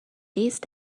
these